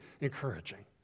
encouraging